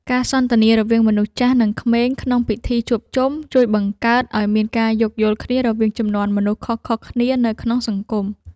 ការសន្ទនារវាងមនុស្សចាស់និងក្មេងក្នុងពិធីជួបជុំ ជួយបង្កើតឱ្យមានការយោគយល់គ្នារវាងជំនាន់មនុស្សខុសៗគ្នានៅក្នុងសង្គម។